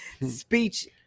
speech